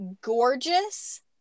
gorgeous